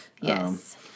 Yes